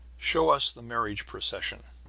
show us the marriage procession,